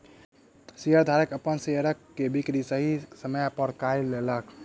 शेयरधारक अपन शेयर के बिक्री सही समय पर कय लेलक